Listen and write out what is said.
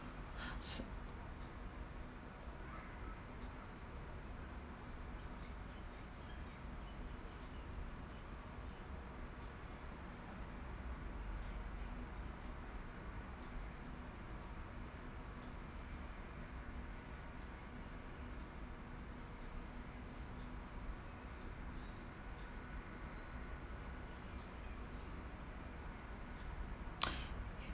s~